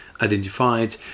identified